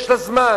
יש לה זמן.